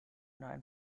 nine